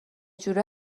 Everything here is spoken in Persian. جوره